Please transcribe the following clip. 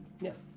Yes